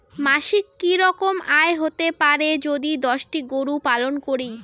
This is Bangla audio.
মাসিক কি রকম আয় হতে পারে যদি দশটি গরু পালন করি?